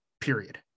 period